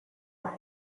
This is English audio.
life